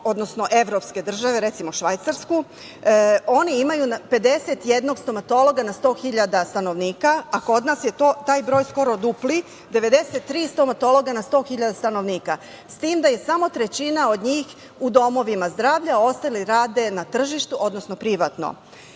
odnosno evropske države, recimo, Švajcarsku, oni imaju 51 stomatologa na 100.000 stanovnika, a kod nas je taj broj skoro dupli 93 stomatologa na 100.000 stanovnika, s tim da je samo trećina od njih u domovima zdravlja, a ostali rade na tržištu, odnosno privatno.